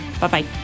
bye-bye